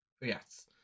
Yes